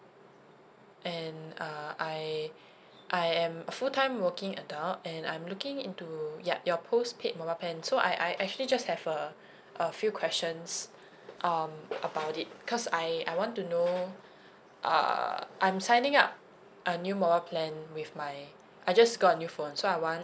and uh I I am a full time working adult and I'm looking into yup your postpaid mobile plan so I I actually just have a a few questions um about it because I I want to know uh I'm signing up a new mobile plan with my I just got a new phone so I want